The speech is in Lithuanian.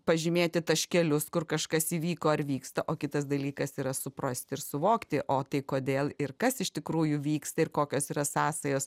pažymėti taškelius kur kažkas įvyko ar vyksta o kitas dalykas yra suprasti ir suvokti o tai kodėl ir kas iš tikrųjų vyksta ir kokios yra sąsajos